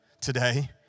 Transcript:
today